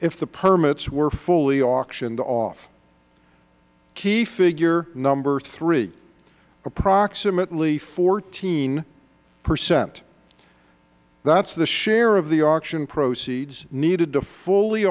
if the permits were fully auctioned off key figure number three approximately fourteen percent that is the share of the auction proceeds needed to fully